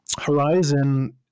horizon